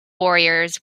warriors